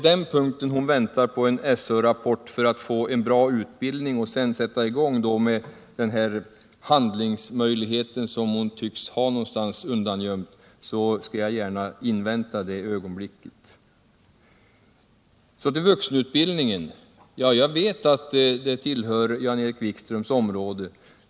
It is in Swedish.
Väntar hon på en SÖ-rapport för att få en bra utbildning — för att sedan få den här handlingsmöjligheten som hon tycks ha undangömd någonstans — skall jag gärna invänta det ögonblicket. Så till vuxenutbildningen. Jag vet att detta tillhör Jan-Erik Wikströms område.